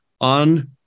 on